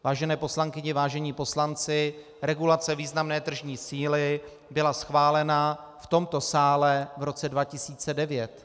Vážené poslankyně, vážení poslanci, regulace významné tržní síly byla schválena v tomto sále v roce 2009.